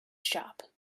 shop